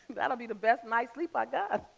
that'll be the best night's sleep i got.